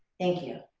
thank you.